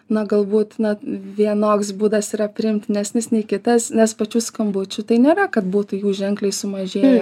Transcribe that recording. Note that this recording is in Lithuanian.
na galbūt na vienoks būdas yra priimtinesnis nei kitas nes pačių skambučių tai nėra kad būtų jų ženkliai sumažėję